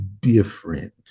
different